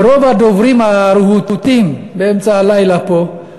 ורוב הדוברים הרהוטים באמצע הלילה פה,